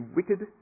wicked